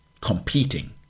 competing